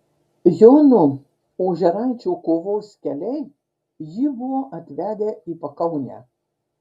jono ožeraičio kovos keliai jį buvo atvedę į pakaunę